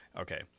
Okay